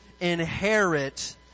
inherit